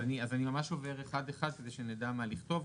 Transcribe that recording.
אני עובר אחד אחד כדי שנדע מה לכתוב.